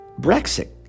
Brexit